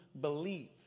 believe